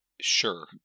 Sure